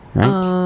right